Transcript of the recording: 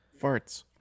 farts